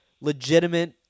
legitimate